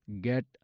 get